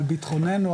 על ביטחוננו,